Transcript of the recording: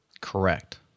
Correct